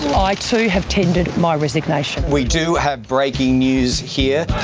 i too have tendered my resignation. we do have breaking news here.